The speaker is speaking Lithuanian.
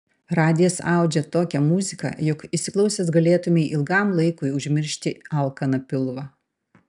radijas audžia tokią muziką jog įsiklausęs galėtumei ilgam laikui užmiršti alkaną pilvą